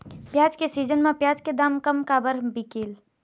प्याज के सीजन म प्याज के दाम कम काबर बिकेल?